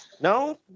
No